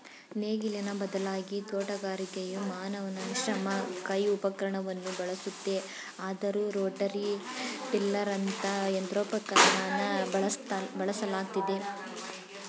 ನೇಗಿಲಿಗೆ ಬದಲಾಗಿ ತೋಟಗಾರಿಕೆಯು ಮಾನವ ಶ್ರಮ ಕೈ ಉಪಕರಣವನ್ನು ಬಳಸುತ್ತೆ ಆದರೂ ರೋಟರಿ ಟಿಲ್ಲರಂತ ಯಂತ್ರೋಪಕರಣನ ಬಳಸಲಾಗ್ತಿದೆ